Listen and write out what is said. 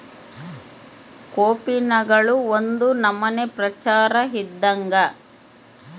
ಕೋಪಿನ್ಗಳು ಒಂದು ನಮನೆ ಪ್ರಚಾರ ಇದ್ದಂಗ